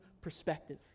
perspective